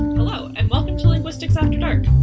hello, and welcome to linguistics after dark!